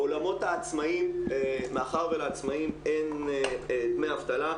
בעולמות העצמאיים - מאחר ולעצמאים אין דמי אבטלה,